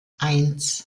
eins